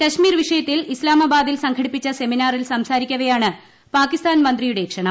കശ്മീർ വിഷയത്തിൽ ഇസ്താമാബാദിൽ സംഘടിപ്പിച്ച സെമിനാറിൽ സംസാരിക്കവെയാണ് പാകിസ്ഥാൻ മന്ത്രിയുടെ ക്ഷണം